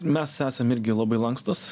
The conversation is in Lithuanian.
mes esam irgi labai lankstūs